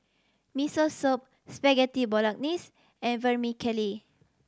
Miso Soup Spaghetti Bolognese and Vermicelli